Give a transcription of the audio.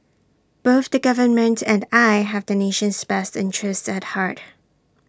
both the government and I have the nation's best interest at heart